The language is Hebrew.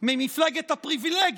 ממפלגת הפריבילגים,